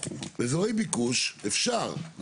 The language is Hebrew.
אפשר.